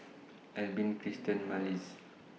Albin Krystal Marlys